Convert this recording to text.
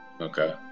Okay